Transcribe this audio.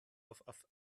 auf